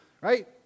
right